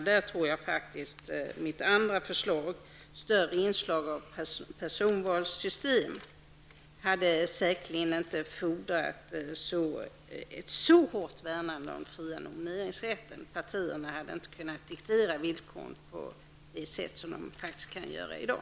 I detta sammanhang hade mitt andra förslag -- ett större inslag av personvalssystem -- säkerligen inte fordrat ett så starkt värnande av den fria nomineringsrätten. Partierna hade inte kunnat diktera villkoren på det sätt som de faktiskt kan göra i dag.